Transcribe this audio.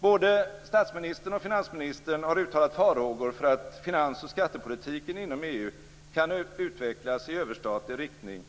Både statsministern och finansministern har uttalat farhågor för att finans och skattepolitiken inom EU kan utvecklas i överstatlig riktning,